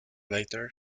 later